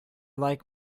like